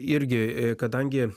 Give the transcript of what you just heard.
irgi kadangi